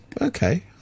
okay